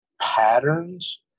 patterns